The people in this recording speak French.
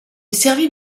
servit